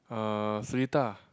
uh Seletar